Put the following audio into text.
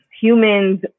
Humans